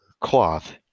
Cloth